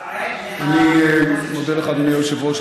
אני מודה לך, אדוני היושב-ראש.